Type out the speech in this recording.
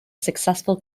successful